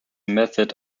method